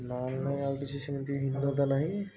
ନହେଲେ ଆଉ କିଛି ସେମିତି ଭିନ୍ନ କଥା ନାହିଁ